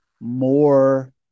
more